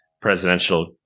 presidential